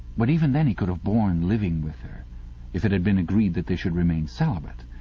but even then he could have borne living with her if it had been agreed that they should remain celibate.